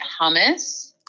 hummus